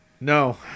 No